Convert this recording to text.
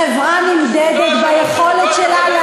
חברה נמדדת ביכולת שלה,